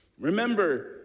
Remember